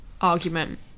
argument